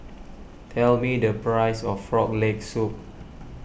tell me the price of Frog Leg Soup